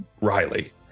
Riley